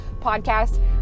podcast